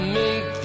make